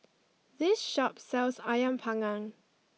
this shop sells Ayam Panggang